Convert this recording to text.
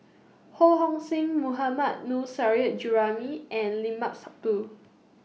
Ho Hong Sing Mohammad Nurrasyid Juraimi and Limat Sabtu